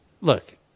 Look